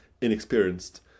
inexperienced